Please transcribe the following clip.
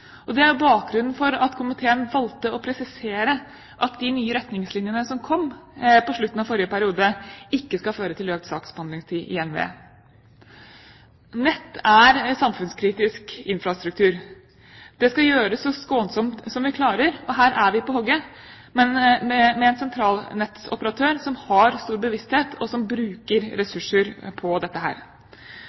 Det er bakgrunnen for at komiteen valgte å presisere at de retningslinjene som kom på slutten av forrige periode, ikke skal føre til økt saksbehandlingstid i NVE. Nett er samfunnskritisk infrastruktur. Det skal gjøres så skånsomt som vi klarer, og her er vi på hogget, med en sentralnettoperatør som har stor bevissthet, og som bruker ressurser på dette.